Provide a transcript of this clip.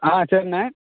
ஆ சரிண்ணே